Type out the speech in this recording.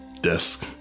desk